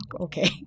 okay